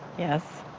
yes.